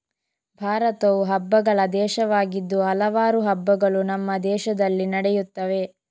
ಭಾರತವು ಹಬ್ಬಗಳ ದೇಶವಾಗಿದ್ದು ಹಲವಾರು ಹಬ್ಬಗಳು ನಮ್ಮ ದೇಶದಲ್ಲಿ ನಡೆಯುತ್ತವೆ